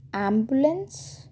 ambulance